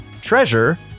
Treasure